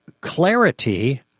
clarity